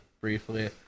briefly